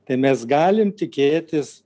tai mes galim tikėtis